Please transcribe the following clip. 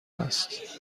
است